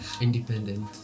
Independent